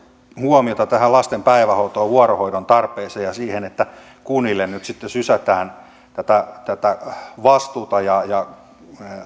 huomiota tähän lasten päivähoitoon vuorohoidon tarpeeseen ja siihen että kunnille nyt sitten sysätään tätä tätä vastuuta